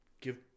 give